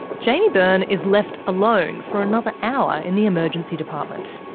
jaimie byrne is left alone for another hour in the emergency department.